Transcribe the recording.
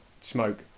smoke